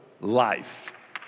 life